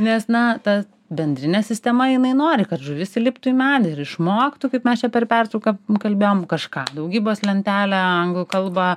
nes na ta bendrinė sistema jinai nori kad žuvis įliptų į medį ir išmoktų kaip mes čia per pertrauką pakalbėjom kažką daugybos lentelę anglų kalbą